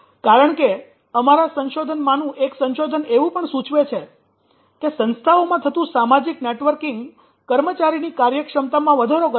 કારણ કે અમારા સંશોધનમાંનું એક સંશોધન એવું પણ સૂચવે છે કે સંસ્થાઓમાં થતું સામાજિક નેટવર્કિંગ કર્મચારીની કાર્યક્ષમતામાં વધારો કરે છે